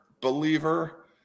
believer